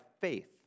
faith